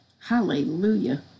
hallelujah